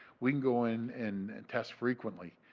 we can go in and test frequently.